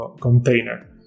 container